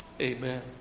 Amen